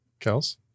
Kels